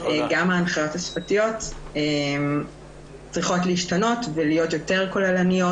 גם ההנחיות השפתיות צריכות להשתנות ולהיות יותר כוללניות